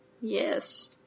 Yes